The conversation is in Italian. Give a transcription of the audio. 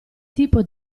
tipo